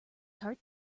heart